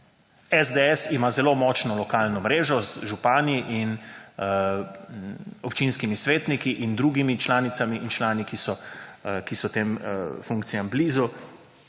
SDS ima zelo močno lokalno mrežo z župani in občinskimi svetniki in drugimi članicami in člani, ki so tem funkcijam blizu